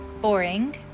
boring